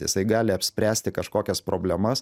jisai gali apspręsti kažkokias problemas